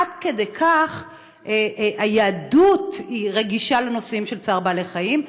עד כדי כך היהדות רגישה לנושאים של צער בעלי-חיים.